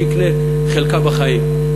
שיקנה חלקה בחיים.